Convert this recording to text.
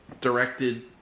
directed